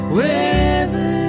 Wherever